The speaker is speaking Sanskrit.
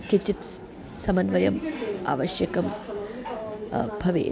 किञ्चित् स् समन्वयम् आवश्यकं भवेत्